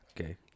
Okay